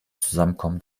zusammenkommen